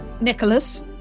Nicholas